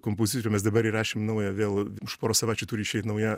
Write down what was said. kompozitorių mes dabar įrašėm naują vėl už poros savaičių turi išeit nauja